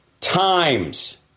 times